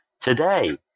today